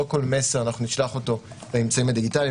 לא כל מסר נשלח באמצעים דיגיטליים,